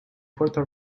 puerto